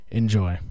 enjoy